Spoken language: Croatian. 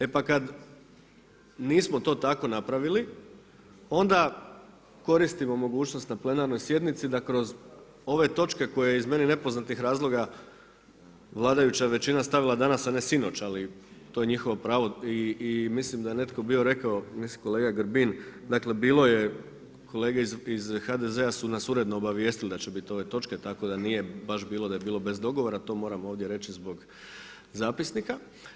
E pa kad nismo to tako napravili onda koristimo mogućnost na plenarnoj sjednici da kroz ove točke koje iz meni nepoznatih razloga vladajuća većina stavila danas a ne sinoć, ali to je njihovo pravo i mislim da je netko bio rekao, mislim kolega Grbin, dakle bilo je kolege iz HDZ-a su nas uredno obavijestili da će bit ove točke, tako da nije baš bilo da je bilo bez dogovora, to moram ovdje reći zbog zapisnik.